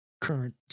current